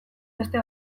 beste